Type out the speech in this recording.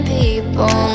people